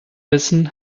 wissen